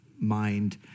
mind